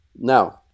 now